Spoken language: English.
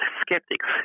skeptics